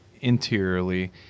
interiorly